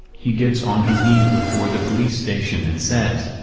he gets on his knees before the police station and says,